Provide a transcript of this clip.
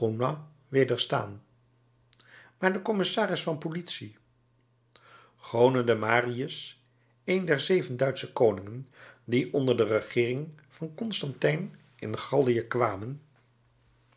maar de commissaris van politie chonodemarius een der zeven duitsche koningen die onder de regeering van constantijn in gallië kwamen